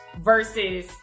versus